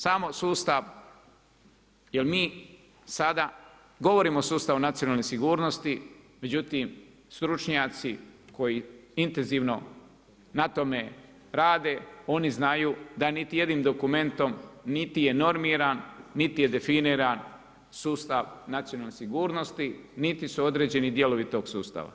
Samo sustav jer mi sada govorimo o sustavu nacionalne sigurnosti, međutim stručnjaci koji intenzivno na tome rade oni znaju da niti jednim dokumentom niti je normiran, niti je definiran sustav nacionalne sigurnosti, niti su određeni dijelovi tog sustava.